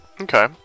Okay